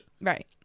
Right